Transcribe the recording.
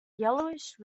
yellowish